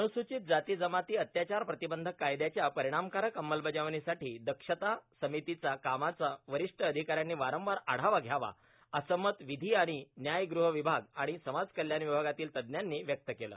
अनुर्स्राचत जाती जमाती अत्याचार प्रातबंधक कायदयाच्या परिणामकारक अमंलबजावणीसाठी दक्षता समीतीचा कामाचा वरीष्ठ अर्धिका यांनी वारंवार आढावा घ्यावा असं मत ांवधी आर्गाण न्याय गृह र्विभाग आर्गाण समाजकल्याण विभागातील तज्ञांनी व्यक्त केलं